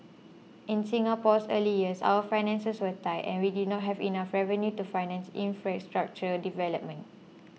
in Singapore's early years our finances were tight and we did not have enough revenue to finance infrastructure development